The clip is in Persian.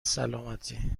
سالمتی